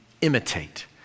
imitate